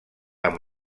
amb